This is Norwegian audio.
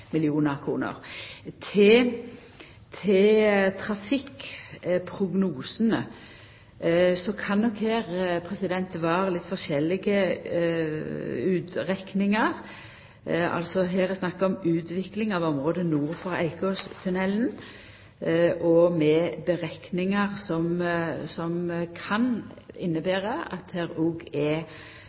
Til trafikkprognosane: Det kan nok her vera litt forskjellige utrekningar. Her er det snakk om utvikling av området nord for Eikåstunnelen, med berekningar som kan innebere at det òg er